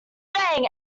bang